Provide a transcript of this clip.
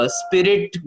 spirit